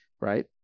right